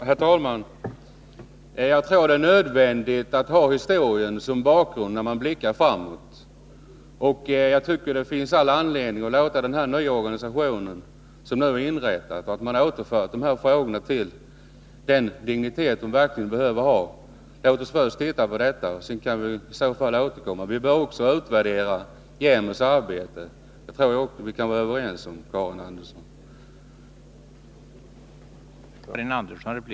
Herr talman! Jag tror att det är nödvändigt att ha historien som bakgrund när man blickar framåt. Jag tycker att det finns all anledning att låta den nya organisation som man inrättat arbeta en tid. Man har gett de här frågorna den dignitet de bör ha. Låt oss först titta på detta. Sedan kan vi återkomma. Vi bör också utvärdera jämställdhetsombudsmannens arbete. Det tror jag också att vi kan vara överens om, Karin Andersson.